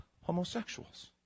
homosexuals